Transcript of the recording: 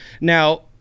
Now